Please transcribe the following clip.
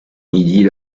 idylle